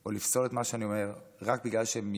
או לפסול את מה שאני אומר רק בגלל שאני